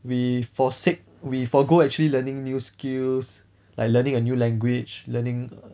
we forsake we forgo actually learning new skills like learning a new language learning